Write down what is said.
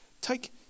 take